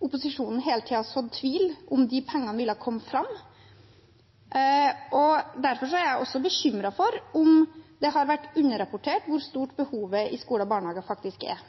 opposisjonen hele tiden sådde tvil om de pengene ville komme fram. Derfor er jeg også bekymret for om det har vært underrapportert hvor stort behovet i skole og barnehage faktisk er.